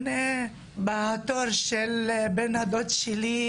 אני רק רוצה לראות מי רצח את המשפחה שלי,